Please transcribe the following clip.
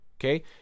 okay